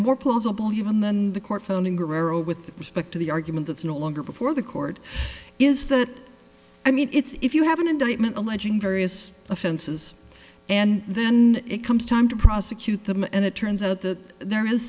more plausible even than the court phoning guerrero with respect to the argument that's no longer before the court is that i mean it's if you have an indictment alleging various offenses and then it comes time to prosecute them and it turns out that there is